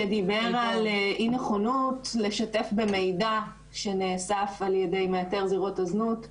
שדיבר על אי נכונות לשתף במידע שנאסף על ידי מאתר זירות הזנות.